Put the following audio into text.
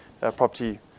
property